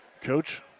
coach